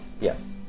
Yes